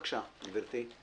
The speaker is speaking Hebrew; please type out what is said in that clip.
בבקשה, גברתי.